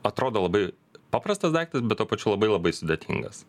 atrodo labai paprastas daiktas bet tuo pačiu labai labai sudėtingas